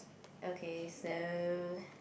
okay so